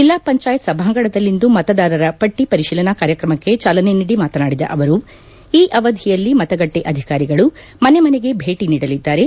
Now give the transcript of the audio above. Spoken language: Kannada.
ಜೆಲ್ಲಾ ಪಂಚಾಯತ್ ಸಭಾಂಗಣದಲ್ಲಿಂದು ಮತದಾರರ ಪಟ್ಟ ಪರಿಶೀಲನಾ ಕಾರ್ಯಕ್ರಮಕ್ಕೆ ಚಾಲನೆ ನೀಡಿ ಮಾತನಾಡಿದ ಅವರು ಈ ಅವಧಿಯಲ್ಲಿ ಮತಗಟ್ಟೆ ಅಧಿಕಾರಿಗಳು ಮನೆಮನೆಗೆ ಭೇಟ ನೀಡಲಿದ್ದಾರೆ